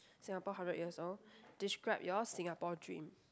Singapore hundred years old describe your Singapore dream